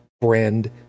brand